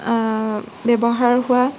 ব্যৱহাৰ হোৱা